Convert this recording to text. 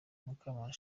mukamana